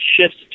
shifts